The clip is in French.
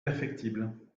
perfectible